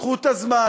קחו קצת זמן,